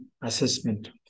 assessment